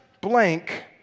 blank